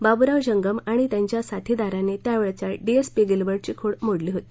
बाबुराव जंगम आणि त्यांच्या साथीदारांनी त्यावेळच्या डिएसपी गिल्बर्ट ची खोड मोडली होती